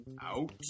out